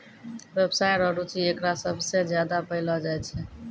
व्यवसाय रो रुचि एकरा सबसे ज्यादा पैलो जाय छै